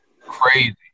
crazy